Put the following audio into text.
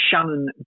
Shannon